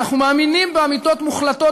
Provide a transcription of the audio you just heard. אנחנו מאמינים באמיתות מוחלטות,